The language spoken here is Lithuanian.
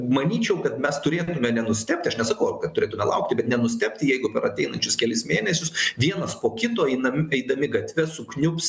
manyčiau kad mes turėtume nenustebti aš nesakau kad turėtume laukti bet nenustebti jeigu per ateinančius kelis mėnesius vienas po kito eina eidami gatve sukniubs